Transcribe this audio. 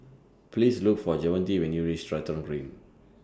Please Look For Javonte when YOU REACH Stratton Green